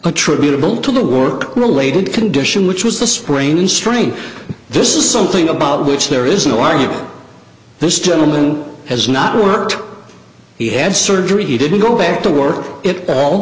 attributable to the work related condition which was the sprain strain this is something about which there is no argument this gentleman has not worked he had surgery he didn't go back to work it all